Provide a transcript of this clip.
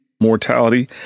mortality